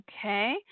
Okay